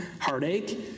heartache